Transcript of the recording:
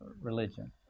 religion